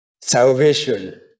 salvation